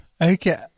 Okay